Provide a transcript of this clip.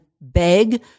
beg